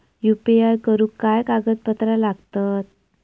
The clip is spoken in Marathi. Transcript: यू.पी.आय करुक काय कागदपत्रा लागतत?